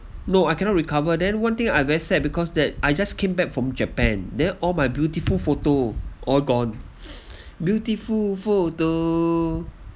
no I cannot recover then one thing I very sad because that I just came back from japan then all my beautiful photo all gone beautiful photo